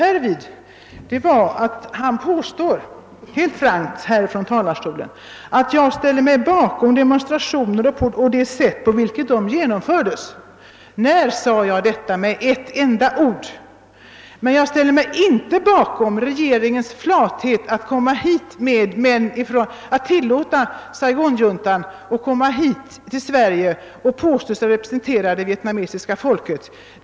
Herr Gustafson påstår helt frankt från talarstolen att jag har ställt mig bakom demonstrationerna och det sitt på vilket dessa genomfördes. När yttrade jag mig om detta med ett enda ord? Men jag ställer mig inte bakom regeringens flathet att tillåta Saigonjuntan att komma hit till Sverige och påstå sig representera det vietnamesiska folket.